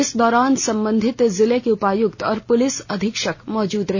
इस दौरान सम्बंधित जिले के उपायुक्त और पुलिस अधीक्षक मौजूद रहे